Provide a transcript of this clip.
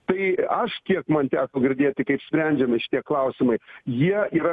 tai aš kiek man teko girdėti kaip sprendžiami šitie klausimai jie yra